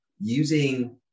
using